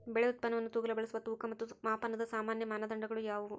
ಬೆಳೆ ಉತ್ಪನ್ನವನ್ನು ತೂಗಲು ಬಳಸುವ ತೂಕ ಮತ್ತು ಮಾಪನದ ಸಾಮಾನ್ಯ ಮಾನದಂಡಗಳು ಯಾವುವು?